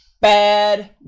Bad